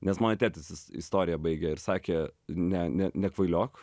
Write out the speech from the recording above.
nes mano tėtis jis istoriją baigė ir sakė ne ne nekvailiok